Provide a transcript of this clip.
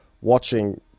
watching